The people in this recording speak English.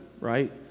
right